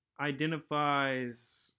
identifies